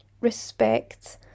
respect